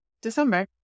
December